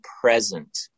present